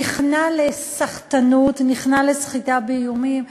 נכנע לסחטנות, נכנע לסחיטה באיומים.